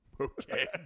Okay